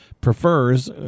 prefers